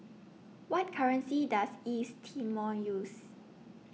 What currency Does East Timor use